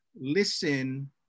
listen